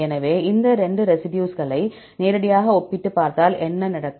எனவே இந்த 2 ரெசிடியூஸ்களை நேரடியாக ஒப்பிட்டுப் பார்த்தால் என்ன நடக்கும்